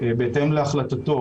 בהתאם להחלטתו,